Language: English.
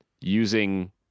using